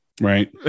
Right